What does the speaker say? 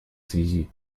связи